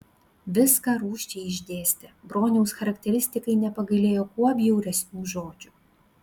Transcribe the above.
viską rūsčiai išdėstė broniaus charakteristikai nepagailėjo kuo bjauresnių žodžių